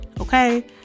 okay